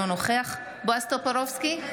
אינו נוכח בועז טופורובסקי,